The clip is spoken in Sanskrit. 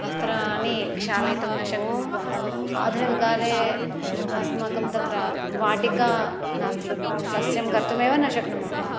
वस्त्राणि क्षालयितुं न शक्नुमः आधुनिककाले अस्माकं तत्र वाटिका नास्ति सस्यं कर्तुमेव न शक्नुमः